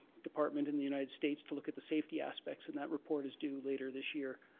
department in the united states to look at the safety aspects and that report is due later this year,